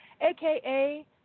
AKA